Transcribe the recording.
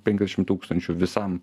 penkiasdešim tūkstančių visam